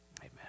Amen